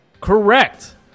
Correct